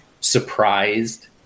surprised